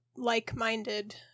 like-minded